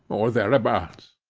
or thereabouts,